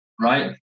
right